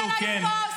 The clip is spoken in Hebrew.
תכתבי עליי פוסט.